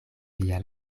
via